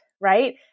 right